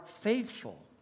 faithful